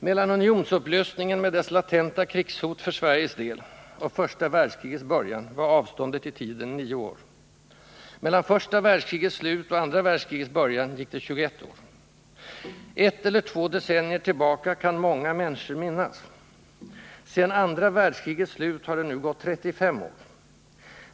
Mellan unionsupplösningen, med dess latenta krigshot för Sveriges del, och första världskrigets början var avståndet i tiden nio år. Mellan första världskrigets slut och andra världskrigets början gick det 21 år. Ett eller två decennier tillbaka kan många människor minnas. Sedan andra världskrigets slut har det nu gått 35 år.